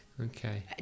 Okay